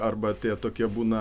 arba tie tokie būna